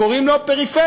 קוראים לו פריפריה.